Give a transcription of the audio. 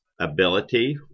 ability